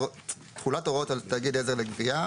סעיף 330כה, תחולת הוראות על תאגיד עזר לגבייה: